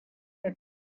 was